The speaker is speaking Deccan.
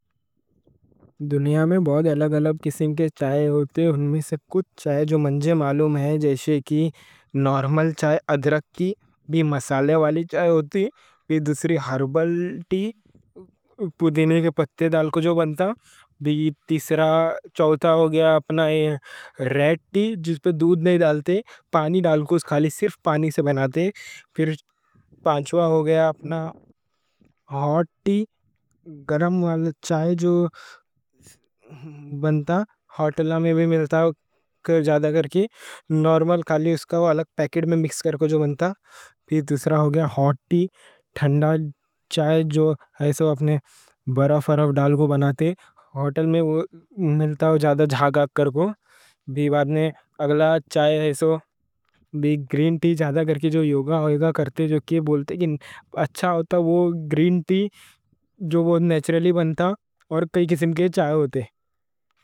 دنیا میں بہت الگ الگ قسم کے چائے ہوتے ہیں ان میں سے کچھ چائے جو منجے معلوم ہیں جیسے کہ نارمل چائے، ادرک کی بھی، مصالحے والی چائے ہوتی پھر دوسری ہربل ٹی، پودینے کے پتے ڈال کو جو بنتا پھر تیسرا، چوتھا ہو گیا اپنا ریڈ ٹی، جس پہ دودھ نہیں ڈالتے، پانی ڈال کو، اس خالی صرف پانی سے بناتے پھر پانچواں ہو گیا اپنا ہاٹ ٹی، گرم والا چائے جو بنتا، ہوٹل میں بھی ملتا جادہ کر کے نارمل خالی اس کا وہ الگ پیکٹ میں مکس کر جو بنتا پھر دوسرا ہو گیا ہاٹ ٹی، ٹھنڈا چائے جو اپنے برف اور ڈال کو بناتے، ہوٹل میں ملتا جادہ، جھاگ کر کو بھی بعد میں اگلا چائے جادہ کر کے جو یوگا کرتے جو کہ بولتے اچھا ہوتا، وہ گرین ٹی، جو جو بہت نیچرلی بنتا اور کئی قسم کے چائے ہوتے